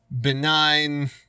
benign